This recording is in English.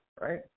right